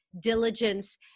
diligence